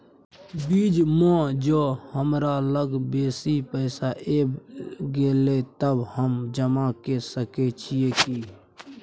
बीच म ज हमरा लग बेसी पैसा ऐब गेले त हम जमा के सके छिए की?